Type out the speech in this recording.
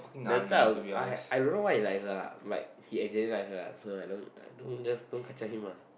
the type of I I don't know why he like her lah but he accidentally like her lah so I don't don't just don't kacau him lah